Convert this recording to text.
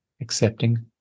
accepting